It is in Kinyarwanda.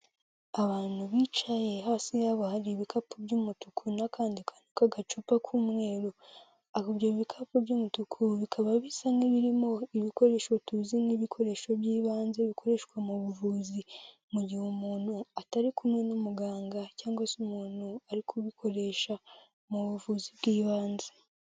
Abantu bicaye, hasi yabo hari ibikapu by'umutuku n'akandi kantu k'agacupa k'umweru, ibyo ibikapu by'umutuku bikaba bisa nk'ibirimo ibikoresho tuzi nk'ibikoresho by'ibanze bikoreshwa mu buvuzi, mu gihe umuntu atari kumwe n'umuganga cyangwa se umuntu ari kubikoresha mu buvuzi bw'ibanze.